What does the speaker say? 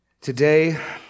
Today